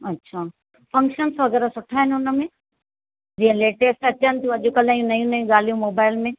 अच्छा फंक्शन्स वग़ैरह सुठा आहिनि हुन में जीअं लेटेस्ट अचनि थियूं अॼुकल्ह जी नई नई ॻाल्हियूं मोबाइल में